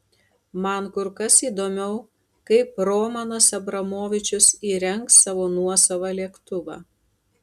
man kur kas įdomiau kaip romanas abramovičius įrengs savo nuosavą lėktuvą